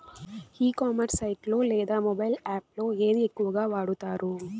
ఈ commerce site లో లేదా మొబైల్ యాప్ లో ఏది ఎక్కువగా వాడుతారు?